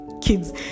kids